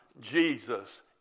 Jesus